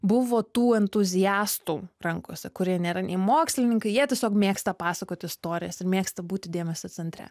buvo tų entuziastų rankose kurie nėra nei mokslininkai jie tiesiog mėgsta pasakot istorijas ir mėgsta būti dėmesio centre